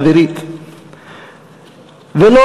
ולא,